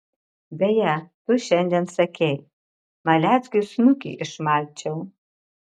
beje tu šiandien sakei maleckiui snukį išmalčiau